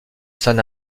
san